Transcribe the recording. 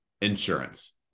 insurance